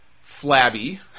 flabby